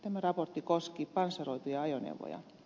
tämä raportti koski panssaroituja ajoneuvoja